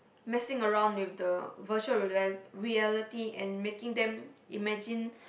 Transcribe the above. messing around with the virtual reality reality and making them imagine